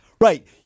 Right